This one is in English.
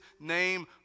name